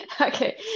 Okay